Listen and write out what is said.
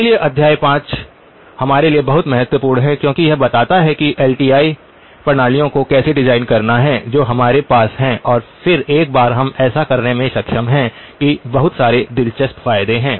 इसलिए अध्याय 5 हमारे लिए बहुत महत्वपूर्ण है क्योंकि यह बताता है कि एलटीआई प्रणालियों को कैसे डिजाइन करना है जो हमारे पास है और फिर एक बार हम ऐसा करने में सक्षम हैं कि बहुत सारे दिलचस्प फायदे हैं